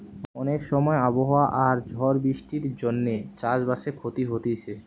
অনেক সময় আবহাওয়া আর ঝড় বৃষ্টির জন্যে চাষ বাসে ক্ষতি হতিছে